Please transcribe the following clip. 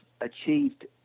achieved